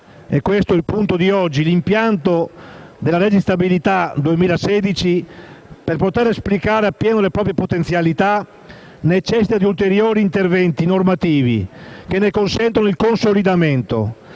- questo è il punto di oggi - l'impianto della legge di stabilità 2016, per poter esplicare appieno le proprie potenzialità, necessita di ulteriori interventi normativi che ne consentano il consolidamento,